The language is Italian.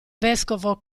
vescovo